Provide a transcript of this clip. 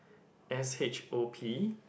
S_H_O_P